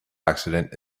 accident